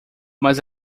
mas